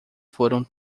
foram